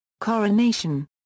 Coronation